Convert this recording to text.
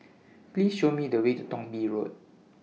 Please Show Me The Way to Thong Bee Road